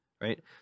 right